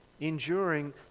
enduring